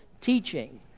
teaching